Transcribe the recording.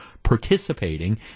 participating